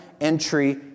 entry